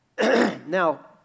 Now